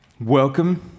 Welcome